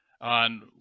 on